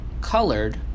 colored